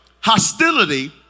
hostility